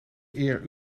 eer